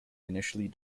initially